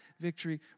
victory